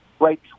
right